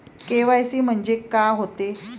KYC म्हंनजे का होते?